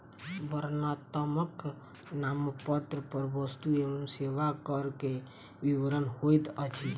वर्णनात्मक नामपत्र पर वस्तु एवं सेवा कर के विवरण होइत अछि